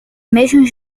mesmos